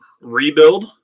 rebuild